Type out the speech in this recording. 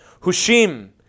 Hushim